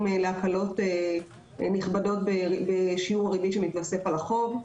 להקלות נכבדות בשיעור הריבית שמתווסף על החוב.